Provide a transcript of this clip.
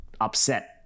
upset